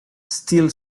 still